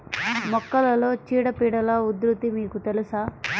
మొక్కలలో చీడపీడల ఉధృతి మీకు తెలుసా?